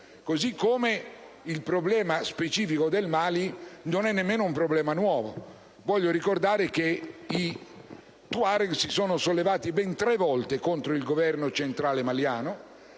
Così come il problema specifico del Mali non è nemmeno un problema nuovo. Voglio ricordare che i Tuareg si sono sollevati ben tre volte contro il Governo centrale maliano